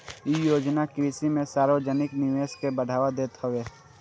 इ योजना कृषि में सार्वजानिक निवेश के बढ़ावा देत हवे